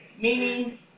Meaning